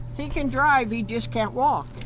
he can drive, he just can't walk.